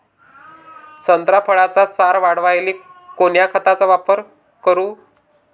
संत्रा फळाचा सार वाढवायले कोन्या खताचा वापर करू?